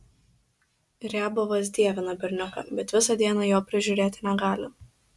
riabovas dievina berniuką bet visą dieną jo prižiūrėti negali